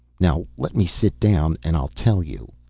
now let me sit down and i'll tell you.